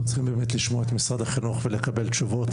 אנחנו צריכים באמת לשמוע את משרד החינוך ולשמוע תשובות.